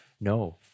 No